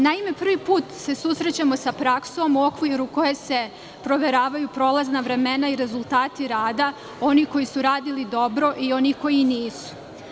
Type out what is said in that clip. Naime, prvi put se susrećemo sa praksom u okviru koje se proveravaju prolazna vremena i rezultati rada onih koji su radili dobro i onih koji nisu.